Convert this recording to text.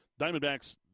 Diamondbacks